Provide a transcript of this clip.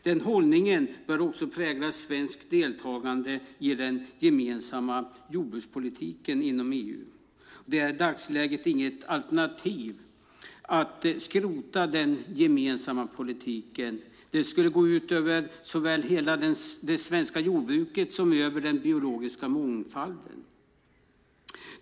Den hållningen bör också prägla svenskt deltagande i den gemensamma jordbrukspolitiken inom EU. Det är i dagsläget inget alternativ att skrota den gemensamma politiken. Det skulle gå ut över såväl hela det svenska jordbruket som den biologiska mångfalden.